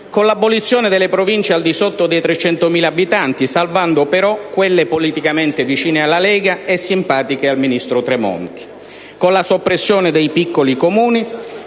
con l'abolizione delle Province al di sotto dei 300.000 abitanti, salvando però quelle politicamente vicine alla Lega e simpatiche al ministro Tremonti; con la soppressione dei piccoli Comuni